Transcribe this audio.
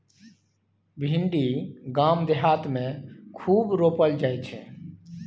भिंडी गाम देहात मे खूब रोपल जाई छै